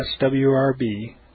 SWRB